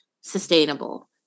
sustainable